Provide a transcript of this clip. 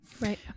Right